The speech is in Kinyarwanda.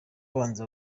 ubanza